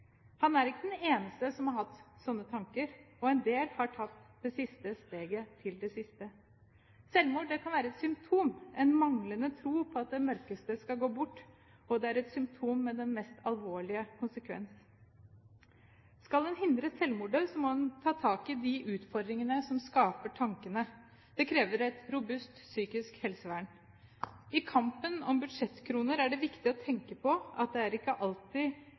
Han er ikke den eneste som har hatt slike tanker, og en del har tatt det siste steget – til det siste. Selvmord kan være et symptom, en manglende tro på at det mørkeste skal gå bort, og det er et symptom med den mest alvorlige konsekvens. Skal en hindre selvmordet, må en ta tak i de utfordringene som skaper tankene. Det krever et robust psykisk helsevern. I kampen om budsjettkroner er det viktig å tenke på at det er ikke alltid